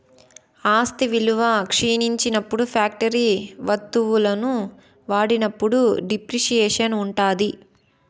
ఆస్తి విలువ క్షీణించినప్పుడు ఫ్యాక్టరీ వత్తువులను వాడినప్పుడు డిప్రిసియేషన్ ఉంటాది